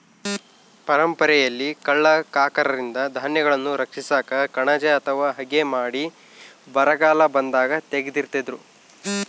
ಪರಂಪರೆಯಲ್ಲಿ ಕಳ್ಳ ಕಾಕರಿಂದ ಧಾನ್ಯಗಳನ್ನು ರಕ್ಷಿಸಾಕ ಕಣಜ ಅಥವಾ ಹಗೆ ಮಾಡಿ ಬರಗಾಲ ಬಂದಾಗ ತೆಗೀತಿದ್ರು